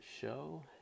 show